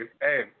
hey